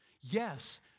Yes